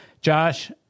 Josh